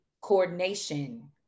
coordination